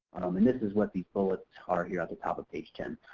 and this is what the bullets are here at the top of page ten.